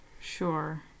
Sure